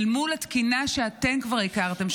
מול התקינה שאתם כבר הזכרתם,